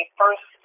first